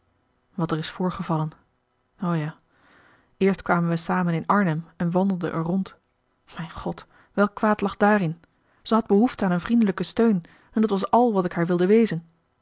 wat er is voorgevallen o ja eerst kwamen wij samen in arnhem en wandelden er rond mijn god welk kwaad lag daarin zij had behoefte aan een vriendelijken steun en dat was al wat ik haar wilde wezen